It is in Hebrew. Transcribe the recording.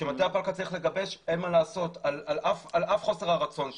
שתכנית הפלקל צריך לגבש על אף חוסר הרצון שלו.